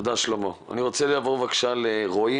אני רוצה לעבור לעו"ד רועי